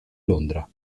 londra